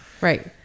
Right